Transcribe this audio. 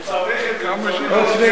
הוא מסבך את זה,